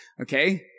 Okay